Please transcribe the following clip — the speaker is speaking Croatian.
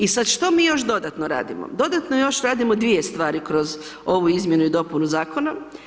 I sad što mi još dodatno radimo, dodatno još radimo dvije stvari kroz ovu izmjenu i dopunu zakona.